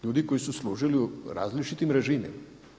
Ljudi koji su služili u različitim režimima.